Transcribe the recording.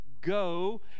go